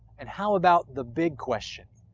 and how about the big question,